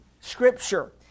scripture